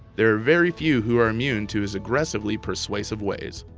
there are very few who are immune to his aggressively persuasive ways.